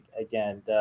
again